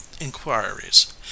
inquiries